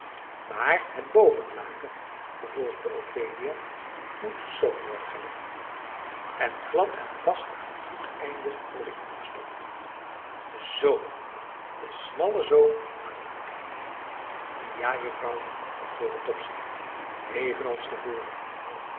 maar het bovenlaken vervolgde ophelia moet z worden gelegd en glad en vast aan het voeteneinde worden ingestopt z de smalle zoom aan het voeteneinde ja juffrouw antwoordde topsy evenals